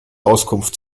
auskunft